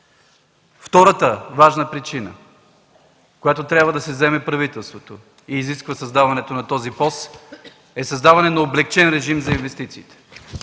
Втората важна причина, с която трябва да се заеме правителството и която изисква създаването на този пост, е създаване на облекчен режим за инвестициите.